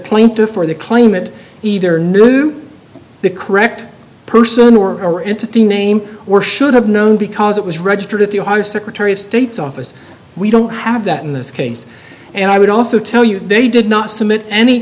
plaintiff or the claimant either knew the correct person or entity name or should have known because it was registered at the ohio secretary of state's office we don't have that in this case and i would also tell you they did not submit any